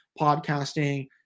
podcasting